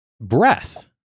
breath